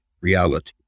reality